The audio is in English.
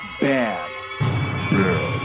bad